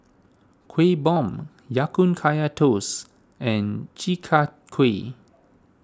Kuih Bom Ya Kun Kaya Toast and Chi Kak Kuih